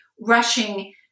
Rushing